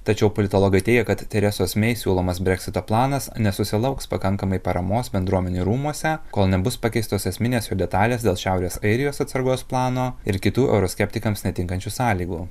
tačiau politologai teigia kad teresos mei siūlomas breksito planas nesusilauks pakankamai paramos bendruomenių rūmuose kol nebus pakeistos esminės jų detalės dėl šiaurės airijos atsargos plano ir kitų euroskeptikams netinkančių sąlygų